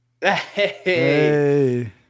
Hey